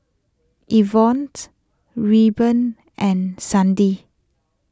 Yvonne's Reuben and Sandie